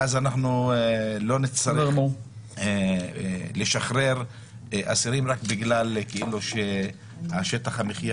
ואז אנחנו לא נצטרך לשחרר אסירים רק בגלל ששטח המחיה